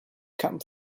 come